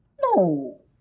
No